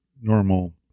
Normal